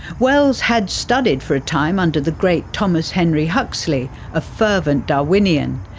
wells had studied for a time under the great thomas henry huxley, a fervent darwinian,